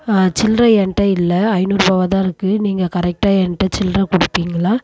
சில்லற என்ட்ட இல்லை ஐநூறுபாவாக தான் இருக்குது நீங்கள் கரெக்டாக என்ட்ட சில்லற கொடுப்பீங்களா